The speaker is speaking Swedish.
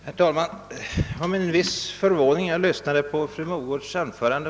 Herr talman! Det var med en viss förvåning jag lyssnade på fru Mogårds anförande.